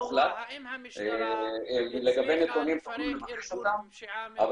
האם המשטרה הצליחה לפרק ארגון פשיעה מאורגן.